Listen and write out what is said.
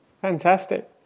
fantastic